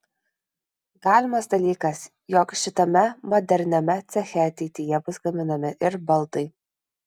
galimas dalykas jog šitame moderniame ceche ateityje bus gaminami ir baldai